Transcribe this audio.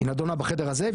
היא נדונה בחדר הזה,